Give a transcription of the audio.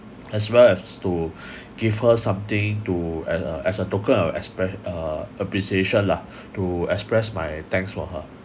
as well as to give her something to as a as a token of appres~ uh appreciation lah to express my thanks for her